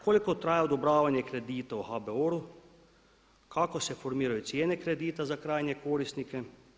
Koliko traje odobravanje kredita u HBOR-u, kako se formiraju cijene kredita za krajnje korisnike?